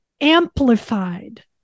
amplified